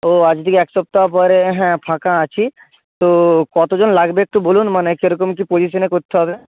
ও আজকেই এক সপ্তাহ পরে হ্যাঁ ফাঁকা আছি তো কতোজন লাগবে একটু বলুন মানে কেরকম কি পজিশানে করতে হবে